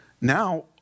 Now